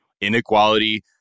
inequality